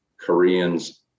Koreans